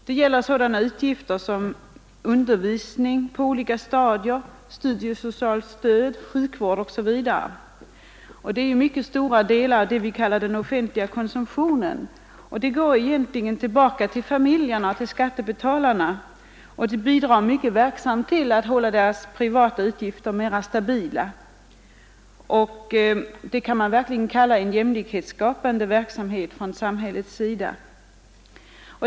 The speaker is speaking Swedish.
Det gäller sådana utgifter som undervisning på olika stadier, studiesocialt stöd, sjukvård osv. Det är mycket stora delar av vad vi kallar den offentliga konsumtionen. Den går egentligen tillbaka till familjerna och skattebetalarna och bidrar mycket verksamt till att hålla deras privata utgifter mera stabila. Det kan man verkligen kalla en jämlikhetsskapande verksamhet från samhällets sida.